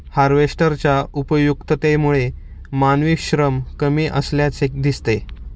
हार्वेस्टरच्या उपयुक्ततेमुळे मानवी श्रम कमी असल्याचे दिसते